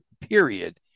period